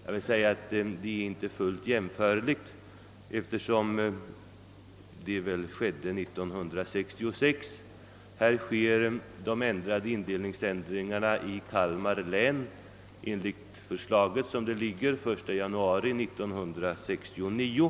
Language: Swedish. Jag vill då svara, att dessa saker inte är fullt jämförbara, eftersom åtgärderna i Kristianstads län vidtogs 1966, medan indelningsändringarna i Kalmar län enligt det föreliggande förslaget skall genomföras den 1 januari 1969.